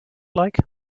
like